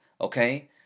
okay